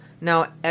Now